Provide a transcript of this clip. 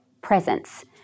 presence